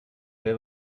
they